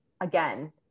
again